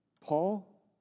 Paul